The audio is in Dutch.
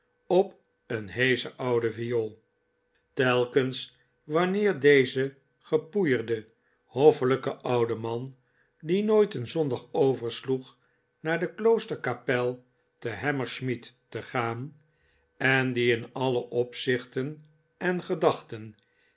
op een heesche oude viool telkens wanneer deze gepoeierde hoffelijke oude man die nooit een zondag oversloeg naar de kloosterkapel te hammersmith te gaan en die in alle opzichten en gedachten